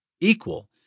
equal